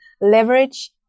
leverage